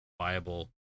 viable